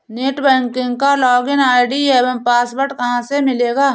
Net banking का login ID एवं password कहाँ से मिलेगा?